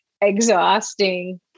exhausting